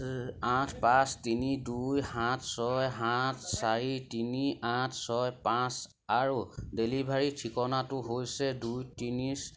আঠ পাঁচ তিনি দুই সাত ছয় সাত চাৰি তিনি আঠ ছয় পাঁচ আৰু ডেলিভাৰীৰ ঠিকনাটো হৈছে দুই তিনি